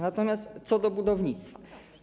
Natomiast co do budownictwa.